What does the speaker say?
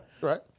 Right